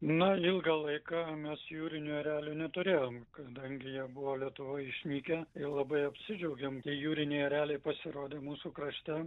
nu ilgą laiką mes jūrinių erelių neturėjom kadangi jie buvo lietuvoj išnykę ir labai apsidžiaugėm kai jūriniai ereliai pasirodė mūsų krašte